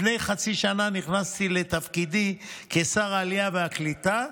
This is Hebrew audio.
לפני חצי שנה נכנסתי לתפקידי כשר העלייה והקליטה,